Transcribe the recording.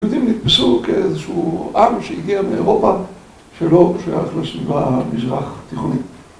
היהודים נתפסו כאיזשהו עם שהגיע מאירופה שלא שייך לסביבה המזרח תיכונית